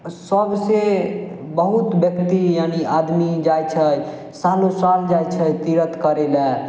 सबसँ बहुत व्यक्ति यानि आदमी जाइ छै सालों साल जाइ छै तीर्थ करय लए